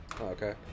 Okay